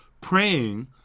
praying